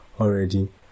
already